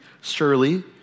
surely